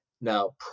Now